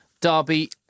derby